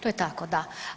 To je tako, da.